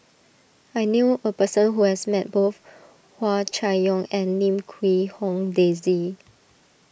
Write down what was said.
I knew a person who has met both Hua Chai Yong and Lim Quee Hong Daisy